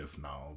now